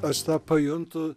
aš tą pajuntu